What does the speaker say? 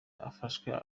abafashwe